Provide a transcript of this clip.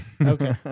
Okay